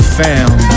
found